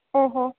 ओ हो